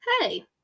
Hey